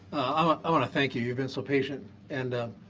ah i want to thank you you've been so patient. and